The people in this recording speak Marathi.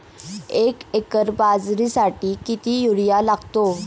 एक एकर बाजरीसाठी किती युरिया लागतो?